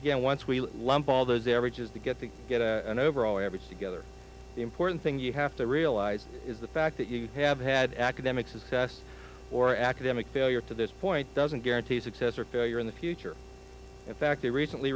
again once we lump all those average is the get the get a overall average together the important thing you have to realize is the fact that you have had academic success or academic failure to this point doesn't guarantee success or failure in the future in fact the recently